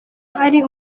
ari